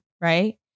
Right